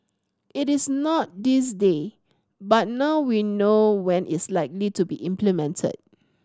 it is not this day but now we know when it's likely to be implemented